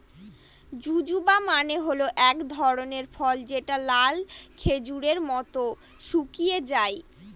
জুজুবা মানে হল এক ধরনের ফল যেটা লাল খেজুরের মত শুকিয়ে যায়